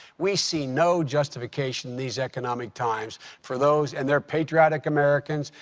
we see no justification in these economic times for those and they're patriotic americans.